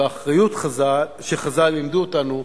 והאחריות שחז"ל לימדו אותנו: